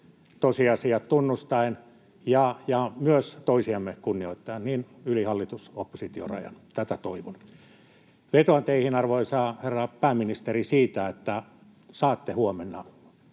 tosiasiat tunnustaen ja myös toisiamme kunnioittaen yli hallitus—oppositio-rajan. Tätä toivon. Vetoan teihin, arvoisa herra pääministeri, että saatte huomenna